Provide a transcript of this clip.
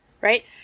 right